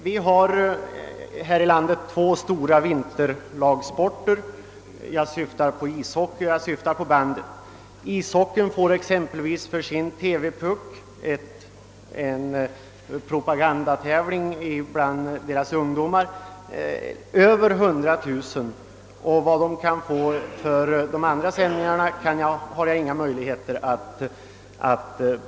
Vi har här i landet två stora vinterlagsporter, ishockey och bandy. Ishockeyn får exempelvis för TV-pucken — en propagandatävling för ishockeyspelande ungdomar — över 100 000 kronor. Vad ishockeyn kan erhålla för de andra sändningarna har jag inga möjligheter att bedöma.